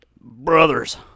Brothers